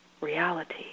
reality